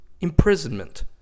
imprisonment